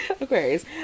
Aquarius